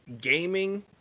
gaming